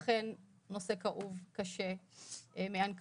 אכן, נושא כאוב, קשה מאין כמוהו.